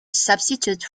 substitute